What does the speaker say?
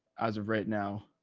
as of right now.